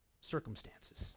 circumstances